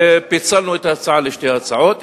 ופיצלנו את ההצעה לשתי הצעות,